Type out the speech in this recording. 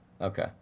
Okay